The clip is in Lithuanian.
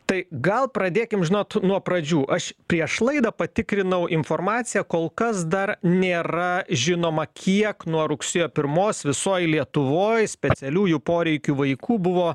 tai gal pradėkim žinot nuo pradžių aš prieš laidą patikrinau informaciją kol kas dar nėra žinoma kiek nuo rugsėjo pirmos visoj lietuvoj specialiųjų poreikių vaikų buvo